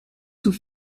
sous